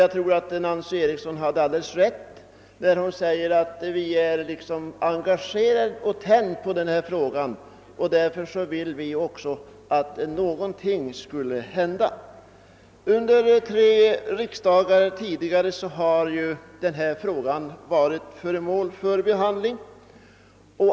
Jag tror att fru Eriksson hade alldeles rätt i att vi är engagerade i denna fråga, vi är »tända» på den. Därför vill vi också att någonting skall hända. Under tre tidigare riksdagar har denna fråga varit föremål för behandling.